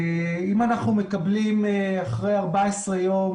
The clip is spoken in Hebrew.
אם אנחנו מקבלים אחרי 14 ימים